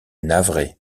navré